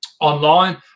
online